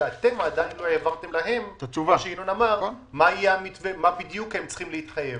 כאשר אתם עדיין לא העברתם מה יהיה המתווה ולמה הם צריכים להתחייב.